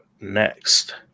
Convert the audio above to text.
next